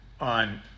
on